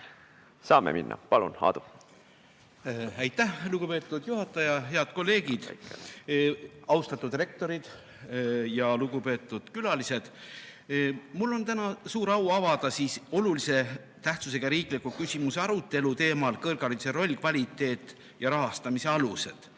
Saame minna. Palun, Aadu! Aitäh, lugupeetud juhataja! Head kolleegid! Austatud rektorid ja lugupeetud muud külalised! Mul on suur au avada olulise tähtsusega riikliku küsimuse arutelu teemal "Kõrghariduse roll, kvaliteet ja rahastamise alused".